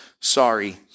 Sorry